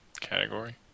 category